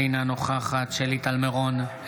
אינה נוכחת שלי טל מירון,